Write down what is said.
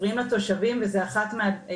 מפריעים לתושבים, וזו אולי אחת מהתלונות